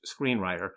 screenwriter